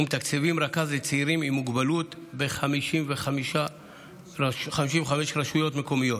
ומתקצבים רכז לצעירים עם מוגבלות ב-55 רשויות מקומיות.